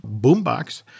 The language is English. boombox